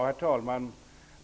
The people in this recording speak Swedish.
Herr talman!